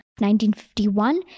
1951